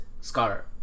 Scar